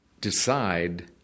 decide